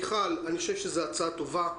מיכל, אני חושב שזאת הצעה טובה,